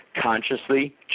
consciously